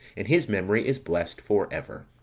and his memory is blessed for ever.